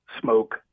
smoke